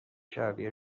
شبیه